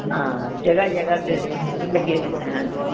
ਹਾਂ ਜਗ੍ਹਾ ਜਗ੍ਹਾ 'ਤੇ ਲੱਗੇ ਰਹਿੰਦੇ ਹਾਂਜੀ